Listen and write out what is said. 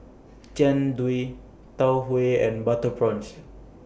Jian Dui Tau Huay and Butter Prawns